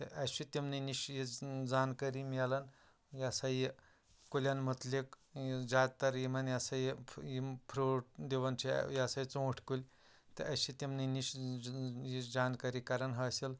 تہٕ اَسہِ چھُ تِمنٕے نِش یہِ زانکٲری میلان یا سا یہِ کُلٮ۪ن مُتعلِق یُس زایادٕ تَر یِمَن یہِ سا یہِ یِم فرٛوٗٹ دِوان چھِ یہِ سا یہِ ژوٗنٛٹھۍ کُلۍ اَسہِ چھُ تِمنٕے نِش یہِ جان کٲری کَران حٲصِل